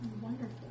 Wonderful